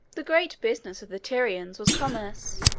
the great business of the tyrians was commerce.